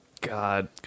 God